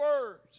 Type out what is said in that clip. words